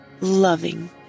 loving